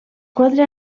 quatre